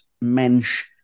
mensch